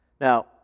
Now